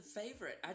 favorite